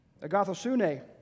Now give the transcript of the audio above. Agathosune